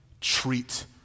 treat